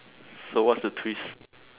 so what's the twist